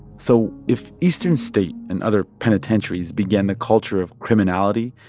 so if eastern state and other penitentiaries began the culture of criminality,